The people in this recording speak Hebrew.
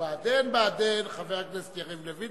ו"בעדין בעדין" חבר הכנסת יריב לוין,